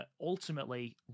ultimately